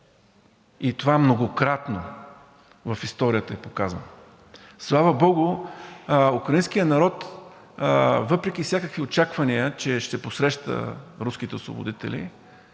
и това многократно в историята е доказано. Слава богу, украинският народ, въпреки всякакви очаквания, че ще посреща руските „освободители“,